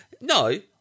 no